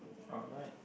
alright